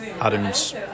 Adam's